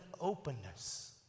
openness